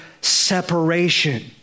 separation